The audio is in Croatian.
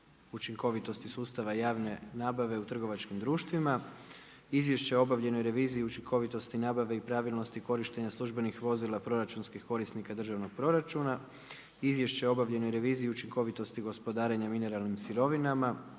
učinkovitosti sustava javne nabave u trgovačkim društvima - Izvješće o obavljenoj reviziji učinkovitosti nabave i pravilnosti korištenja službenih vozila proračunskih korisnika državnog proračuna - Izvješće o obavljenoj reviziji učinkovitosti gospodarenja mineralnim sirovinama